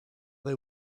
they